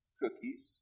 cookies